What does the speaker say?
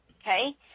okay